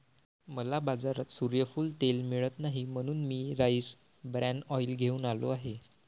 मला बाजारात सूर्यफूल तेल मिळत नाही म्हणून मी राईस ब्रॅन ऑइल घेऊन आलो आहे